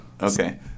Okay